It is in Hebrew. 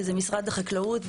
שזה משרד החקלאות.